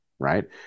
right